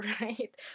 right